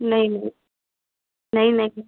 नहीं नहीं नहीं नहीं